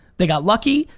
they got lucky,